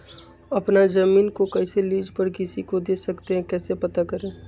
अपना जमीन को कैसे लीज पर किसी को दे सकते है कैसे पता करें?